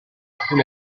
alcun